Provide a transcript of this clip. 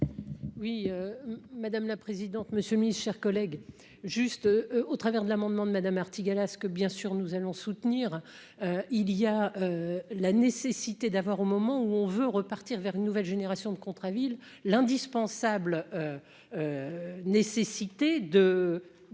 Oui, madame la présidente, monsieur mise chers collègue juste au travers de l'amendement de Madame Artigalas, ce que bien sûr nous allons soutenir il y a la nécessité d'avoir au moment où on veut repartir vers une nouvelle génération de contrat ville l'indispensable nécessité.